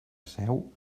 seu